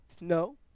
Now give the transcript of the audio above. No